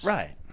Right